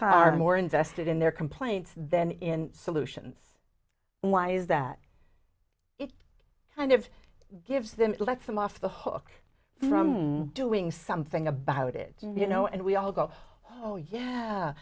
time more invested in their complaints than in solutions lies that it kind of gives them it lets them off the hook from doing something about it you know and we all go oh yeah